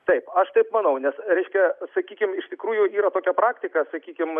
taip aš taip manau nes reiškia sakykim iš tikrųjų yra tokia praktika sakykim